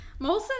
Molson